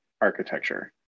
architecture